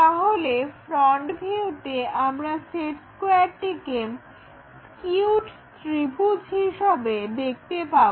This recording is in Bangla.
তাহলে ফ্রন্ট ভিউতে আমরা সেট স্কোয়্যারটিকে স্কিউড্ ত্রিভুজ হিসাবে দেখতে পাবো